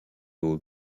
aux